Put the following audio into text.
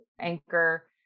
Anchor